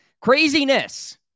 craziness